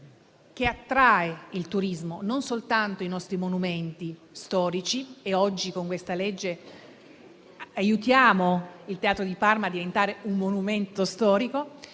che attrae il turismo. Non mi riferisco soltanto ai nostri monumenti storici - oggi, con questa legge, aiutiamo il Teatro di Parma a diventare un monumento storico